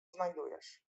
znajdujesz